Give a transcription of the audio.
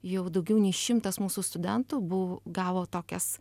jau daugiau nei šimtas mūsų studentų bu gavo tokias